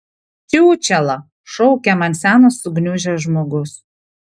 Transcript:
čiūčela šaukia man senas sugniužęs žmogus